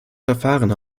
verfahren